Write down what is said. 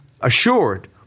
assured